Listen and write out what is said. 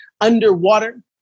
underwater